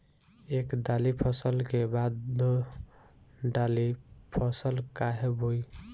एक दाली फसल के बाद दो डाली फसल काहे बोई?